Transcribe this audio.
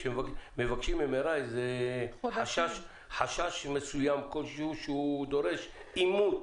כשמבקשים MRI זה חשש כלשהו שדורש אימות